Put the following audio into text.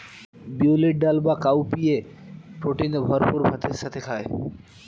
বিউলির ডাল বা কাউপিএ প্রোটিনে ভরপুর ভাতের সাথে খায়